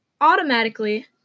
automatically